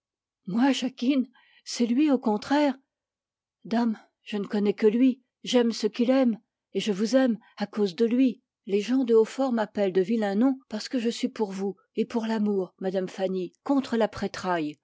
moi jacquine c'est lui au contraire dame je ne connais que lui j'aime ce qu'il aime et je vous aime à cause de lui les gens de hautfort me donnent de vilains noms parce que je suis pour vous et pour l'amour madame fanny contre la